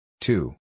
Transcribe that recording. Two